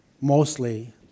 mostly